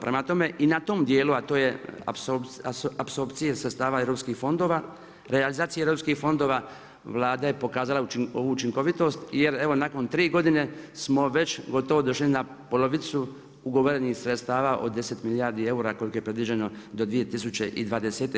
Prema tome i na tom dijelu, a to je … sredstava europskih fondova, realizacija europskih fondova, Vlada je pokazala ovu učinkovitost, jer evo, nakon 3 godine, smo već gotovo došli na polovicu ugovorenih sredstava od 10 milijardi eura, koliko je predviđeno do 2020.